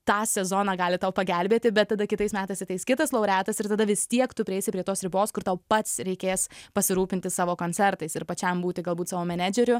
tą sezoną gali tau pagelbėti bet tada kitais metais ateis kitas laureatas ir tada vis tiek tu prieisi prie tos ribos kur tau pats reikės pasirūpinti savo koncertais ir pačiam būti galbūt savo menedžeriu